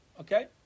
Okay